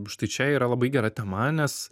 štai čia yra labai gera tema nes